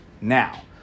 Now